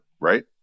right